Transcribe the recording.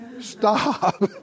stop